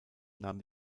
nahm